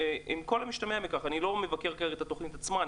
על כל המשתמע מכך אני לא מבקר כרגע את התוכנית עצמה,